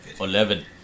Eleven